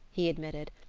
he admitted,